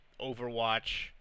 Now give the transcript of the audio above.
Overwatch